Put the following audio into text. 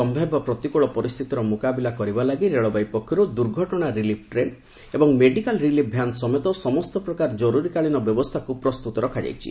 ସମ୍ଭାବ୍ୟ ପ୍ରତିକୃଳ ପରିସ୍ଥିତିର ମୁକାବିଲା କରିବା ଲାଗି ରେଳବାଇ ପକ୍ଷରୁ ଦୁର୍ଘଟଣା ରିଲିଫ୍ ଟ୍ରେନ୍ ଏବଂ ମେଡିକାଲ୍ ରିଲିଫ୍ ଭ୍ୟାନ୍ ସମେତ ସମସ୍ତ ପ୍ରକାର ଜରୁରୀକାଳୀନ ବ୍ୟବସ୍ଥାକୁ ପ୍ରସ୍ତୁତ ରଖାଯାଇଛି